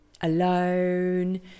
alone